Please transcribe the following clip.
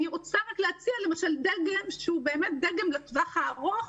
אני רוצה להציע דגם לטווח הארוך,